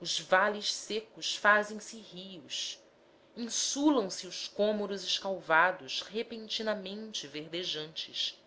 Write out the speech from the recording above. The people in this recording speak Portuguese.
os vales secos fazem-se rios insulam se os cômoros escalvados repentinamente verdejantes